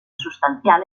sustancial